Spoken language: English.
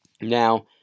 Now